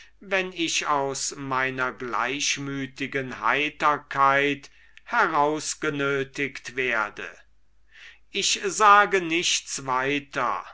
wenn ich aus meiner gleichmütigen heiterkeit herausgenötigt werde ich sage nichts weiter